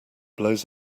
blows